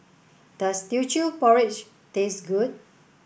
does Teochew Porridge taste good